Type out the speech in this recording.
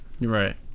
Right